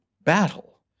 battle